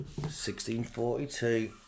1642